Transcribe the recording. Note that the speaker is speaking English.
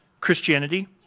Christianity